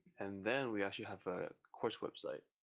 and then we actually have a course website,